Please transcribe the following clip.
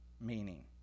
meaning